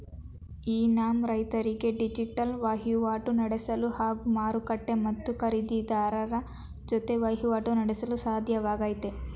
E NAM ರೈತರಿಗೆ digital ವಹಿವಾಟು ನಡೆಸಲು ಹಾಗೂ ಮಾರುಕಟ್ಟೆ ಮತ್ತು ಖರೀದಿರಾರರ ಜೊತೆ ವಹಿವಾಟು ನಡೆಸಲು ಸಾಧ್ಯವಾಗ್ತಿದೆ